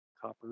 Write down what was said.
copper